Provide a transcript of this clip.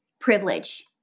privilege